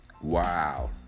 Wow